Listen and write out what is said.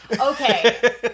Okay